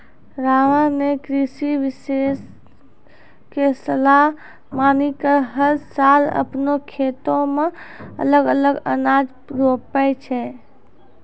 रामा नॅ कृषि विशेषज्ञ के सलाह मानी कॅ हर साल आपनों खेतो मॅ अलग अलग अनाज रोपै छै